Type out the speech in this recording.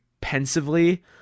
pensively